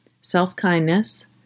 Self-kindness